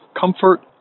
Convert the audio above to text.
comfort